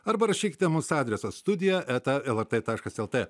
arba rašykite mūsų adresas studija eta lrt taškas lt